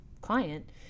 client